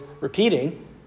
repeating